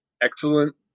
excellent